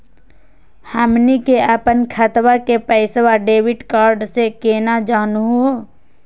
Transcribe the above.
हमनी के अपन खतवा के पैसवा डेबिट कार्ड से केना जानहु हो?